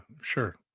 sure